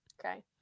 Okay